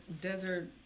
desert